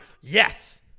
yes